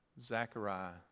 Zechariah